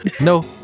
No